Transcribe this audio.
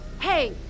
Hey